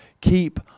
keep